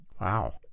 Wow